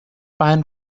pan